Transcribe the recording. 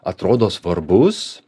atrodo svarbus